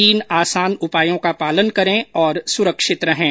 तीन आसान उपायों का पालन करें और सुरक्षित रहें